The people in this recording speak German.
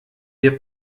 wir